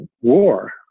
war